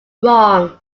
wrong